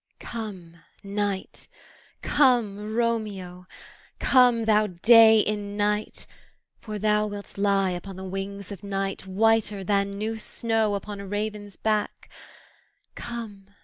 come, night come, romeo come, thou day in night for thou wilt lie upon the wings of night whiter than new snow upon a raven's back come,